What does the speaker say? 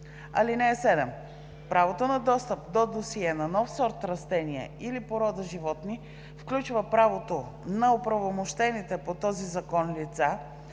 (7) Правото на достъп до досие на нов сорт растения или порода животни включва правото на оправомощените по този закон лица